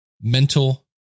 mental